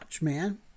man